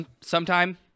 Sometime